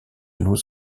nos